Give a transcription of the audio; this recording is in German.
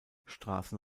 straßen